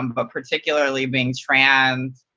and but particularly being trans,